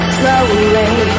slowly